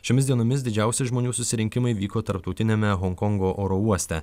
šiomis dienomis didžiausi žmonių susirinkimai vyko tarptautiniame honkongo oro uoste